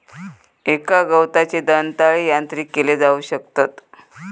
एका गवताचे दंताळे यांत्रिक केले जाऊ शकतत